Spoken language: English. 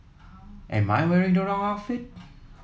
am I wearing the wrong outfit